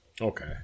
Okay